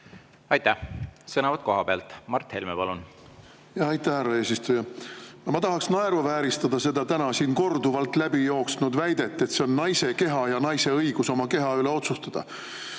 Aitäh! Sõnavõtt kohapealt, Mart Helme, palun! Aitäh, härra eesistuja! Ma tahaks naeruvääristada seda täna siin korduvalt läbi jooksnud väidet, et see on naise keha ja naisel on õigus oma keha üle otsustada.